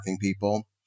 people